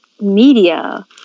media